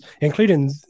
including